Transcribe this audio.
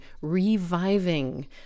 reviving